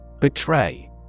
Betray